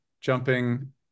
jumping